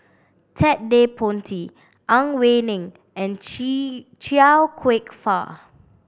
Ted De Ponti Ang Wei Neng and Chia Kwek Fah